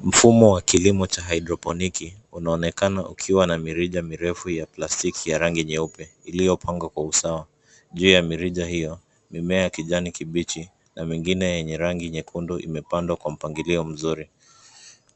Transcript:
Mfumo wa kilimo cha haidroponiki, unaonekana ukiwa na mirija mirefu ya plastiki ya rangi nyeupe iliyopangwa kwa usawa. Juu ya mirija hiyo mimea ya kijani kibichi na mingine yenye rangi nyekundu imepandwa kwa mpangilio mzuri.